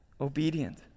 obedient